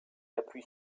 appuie